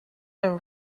and